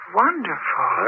wonderful